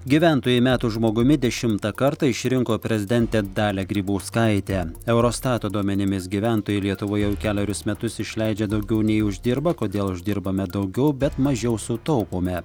gyventojai metų žmogumi dešimtą kartą išrinko prezidentę dalią grybauskaitę eurostato duomenimis gyventojai lietuvoje jau kelerius metus išleidžia daugiau nei uždirba kodėl uždirbame daugiau bet mažiau sutaupome